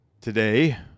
today